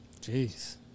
Jeez